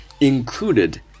included